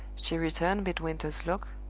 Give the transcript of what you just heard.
she returned midwinter's look,